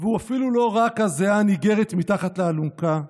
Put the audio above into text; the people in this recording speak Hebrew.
והוא אפילו לא רק הזיעה הניגרת מתחת לאלונקה,